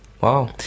wow